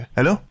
Hello